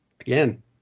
again